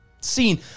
scene